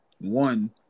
one